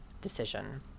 decision